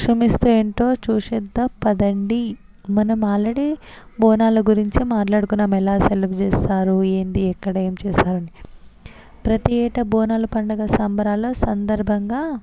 క్షమిస్తూ ఏంటో చూసేద్దాం పదండి మనం ఆల్రెడీ బోనాల గురించి మాట్లాడుకుందాం ఎలా సెలబ్ చేస్తారు ఏంది ఎక్కడ ఏం చేస్తారు ప్రతి ఏటా బోనాల పండుగ సంబరాలు సందర్భంగా